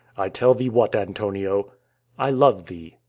i tell thee what, antonio i love thee,